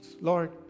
Lord